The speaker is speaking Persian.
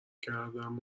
کردم